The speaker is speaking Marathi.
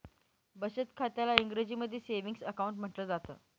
बचत खात्याला इंग्रजीमध्ये सेविंग अकाउंट म्हटलं जातं